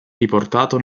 riportato